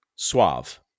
Suave